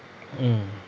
mm